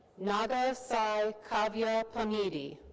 naga sai cavia pamidi.